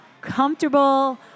Comfortable